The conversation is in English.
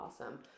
awesome